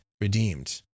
redeemed